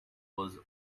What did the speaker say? was